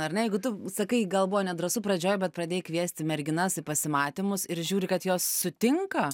ar ne jeigu tu sakai gal buvo nedrąsu pradžioj bet pradėjai kviesti merginas į pasimatymus ir žiūri kad jos sutinka